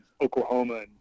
Oklahoma